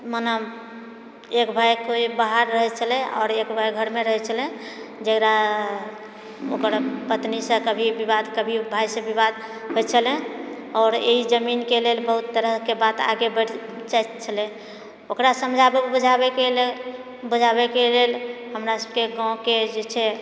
मने एक भाइ कोइ बाहर रहै छलै आओर एक भाइ घरमे रहै छलै जकरा ओकर पत्नीसँ कभी विवाद कभी भाइसे विवाद होइत छलै आओर एहि जमीनके लेल बहुत तरहकेँ बात आगे बढ़ि जाएत छलै ओकरा समझाबै बुझाबैके लेल बुझाबैके लेल हमरा सबके गाँवके जे छै